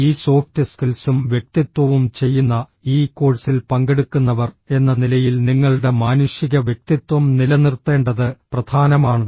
ഈ സോഫ്റ്റ് സ്കിൽസും വ്യക്തിത്വവും ചെയ്യുന്ന ഈ കോഴ്സിൽ പങ്കെടുക്കുന്നവർ എന്ന നിലയിൽ നിങ്ങളുടെ മാനുഷിക വ്യക്തിത്വം നിലനിർത്തേണ്ടത് പ്രധാനമാണ്